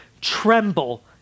tremble